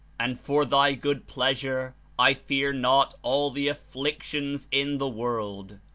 and for thy good pleasure i fear not all the afflictions in the world.